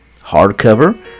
hardcover